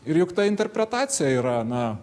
ir juk ta interpretacija yra na